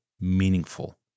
meaningful